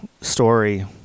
story